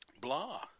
blah